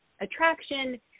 attraction